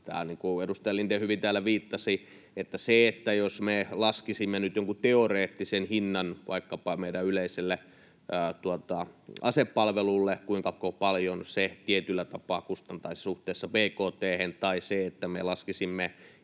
kuin edustaja Lindén hyvin täällä viittasi, jos me laskisimme nyt jonkun teoreettisen hinnan vaikkapa meidän yleiselle asepalvelukselle, kuinka paljon se tietyllä tapaa kustantaisi suhteessa bkt:hen, tai me laskisimme